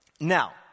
Now